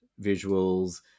visuals